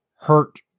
hurt